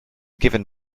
given